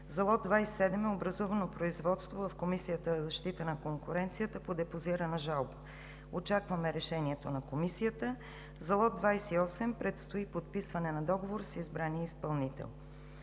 За лот 27 е образувано производство в Комисията за защита на конкуренцията по депозирана жалба. Очакваме решението на Комисията. За лот 28 предстои подписване на договор с избрания изпълнител.